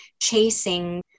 chasing